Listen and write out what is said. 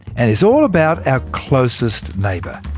and it's all about our closest neighbour.